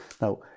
Now